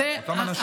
אותם אנשים.